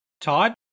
Todd